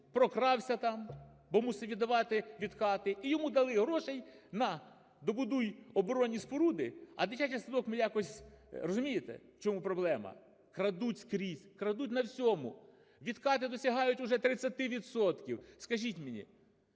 прокрався там, бо мусив віддавати "відкати", і йому дали грошей: "На, добудуй оборонні споруди, а дитячий садок ми якось…" Розумієте, в чому проблема? Крадуть скрізь, крадуть на всьому, "відкати" досягають уже тридцяти